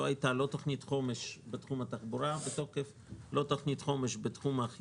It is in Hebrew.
לא הייתה תוכנית חומש בתוקף בתחום התחבורה,